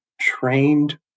trained